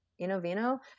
Inovino